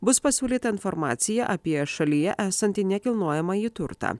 bus pasiūlyta informacija apie šalyje esantį nekilnojamąjį turtą